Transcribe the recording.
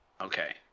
Okay